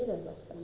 what a joke